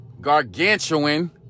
gargantuan